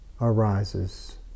arises